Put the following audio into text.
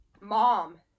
mom